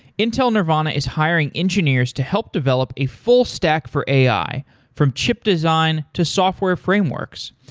intel nervana is hiring engineers to help develop a full stack for ai from chip design to software frameworks.